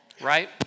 right